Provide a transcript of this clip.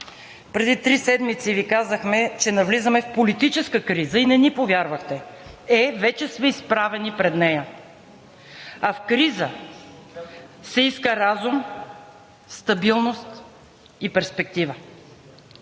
Преди три седмици Ви казахме, че навлизаме в политическа криза и не ни повярвахте. Е, вече сме изправени пред нея! А в криза се иска разум, стабилност и перспектива.